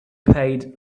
paid